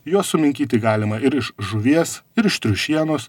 juos suminkyti galima ir iš žuvies ir iš triušienos